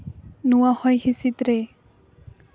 ᱱᱚᱣᱟ ᱦᱚᱭ ᱦᱤᱸᱥᱤᱫ ᱨᱮ